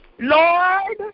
Lord